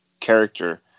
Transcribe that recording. character